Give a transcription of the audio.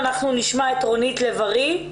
חודשים,